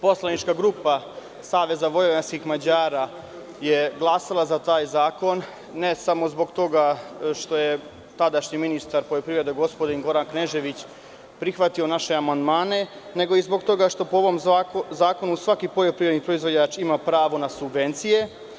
Poslanička grupa Saveza vojvođanskih Mađara je glasala za taj zakon, ne samo zbog toga što je tadašnji ministar poljoprivrede, gospodin Goran Knežević, prihvatio naše amandmane, nego i zbog toga što po ovom zakonu svaki poljoprivredni proizvođač ima pravo na subvencije.